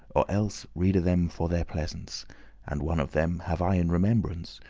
or elles reade them for their pleasance and one of them have i in remembrance,